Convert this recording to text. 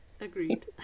Agreed